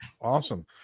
awesome